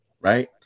Right